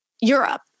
Europe